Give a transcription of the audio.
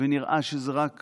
ונראה שזה רק